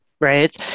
right